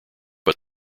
but